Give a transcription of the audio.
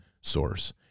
source